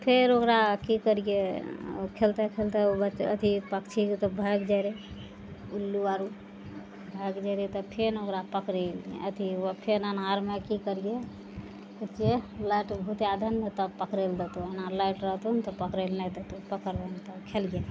फेर ओकरा की करियै खेलते खेलते अथी पक्षीके तऽ भागि जाइ रहै उल्लू आर भागि जाइ रहै तऽ फेर ओकरा पकड़ैलियै अथी फेर अन्हारमे की करियै लाइट बुताइ दै ने तब पकड़ै लए देतौ एना लाइट रहतौ ने तऽ पकड़ै लए नहि देतौ पकड़बै ने तब खेलबै